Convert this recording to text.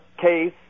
case